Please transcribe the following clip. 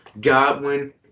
Godwin